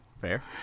fair